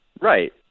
Right